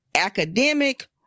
academic